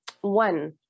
One